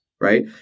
right